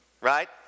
right